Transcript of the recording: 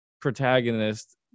protagonist